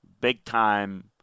big-time